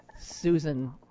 Susan